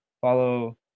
Follow